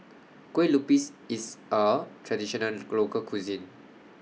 Kueh Lupis IS A Traditional Local Cuisine